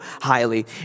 highly